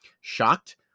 Shocked